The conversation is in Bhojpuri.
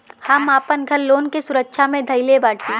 हम आपन घर लोन के सुरक्षा मे धईले बाटी